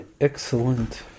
Excellent